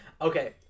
Okay